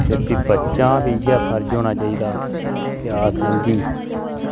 ते फ्ही बच्चां बी इ'यै फर्ज होना चाहिदा के अस इं'दी